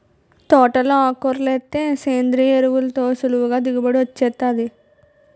తోటలో ఆకుకూరలేస్తే సేంద్రియ ఎరువులతో సులువుగా దిగుబడి వొచ్చేత్తాది